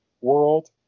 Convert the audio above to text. world